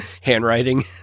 Handwriting